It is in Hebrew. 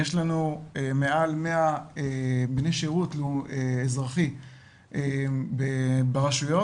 יש לנו מעל 100 בני שירות אזרחי ברשויות,